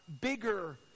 bigger